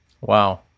Wow